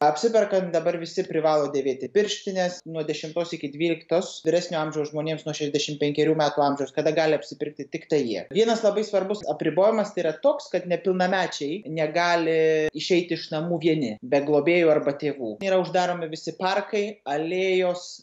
apsiperkant dabar visi privalo dėvėti pirštines nuo dešimtos iki dvyliktos vyresnio amžiaus žmonėms nuo šešiasdešim penkerių metų amžiaus kada gali apsipirkti tiktai jie vienas labai svarbus apribojimas tai yra toks kad nepilnamečiai negali išeiti iš namų vieni be globėjų arba tėvų yra uždaromi visi parkai alėjos